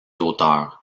auteurs